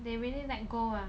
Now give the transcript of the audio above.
they really let go ah